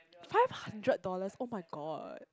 five hundred dollars oh-my-god